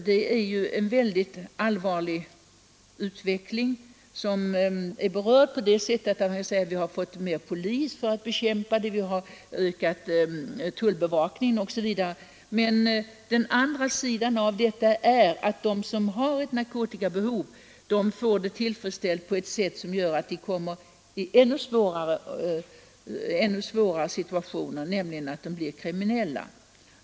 Det är ju en väldigt allvarlig utveckling, som är berörd i svaret på det sättet att statsrådet säger att vi har fått mer polis för narkotikabekämpning och att vi ökat tullbevakningen osv. Men den andra sidan av detta är att de som har ett narkotikabehov får det tillfredsställt på ett sätt som gör att de kommer in i ännu svårare situationer, nämligen att de blir kriminella.